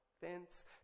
fence